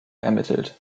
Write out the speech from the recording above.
ermittelt